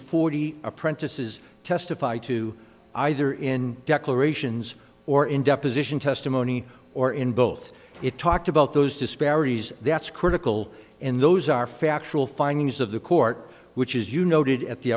forty apprentices testify to either in declarations or in deposition testimony or in both it talked about those disparities that's critical and those are factual findings of the court which is you noted at the